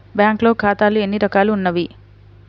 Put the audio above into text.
బ్యాంక్లో ఖాతాలు ఎన్ని రకాలు ఉన్నావి?